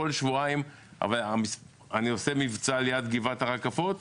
אבל אני עושה מבצע ליד גבעת הרקפות,